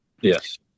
yes